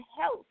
health